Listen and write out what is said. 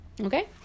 Okay